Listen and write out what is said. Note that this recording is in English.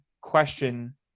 question